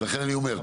אני גם